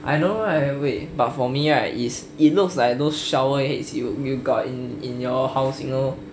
I know right wait but for me right is it looks like those shower heads you you got in in your house you know